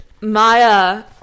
Maya